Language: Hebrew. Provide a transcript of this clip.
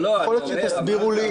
יכול להיות שתסבירו לי.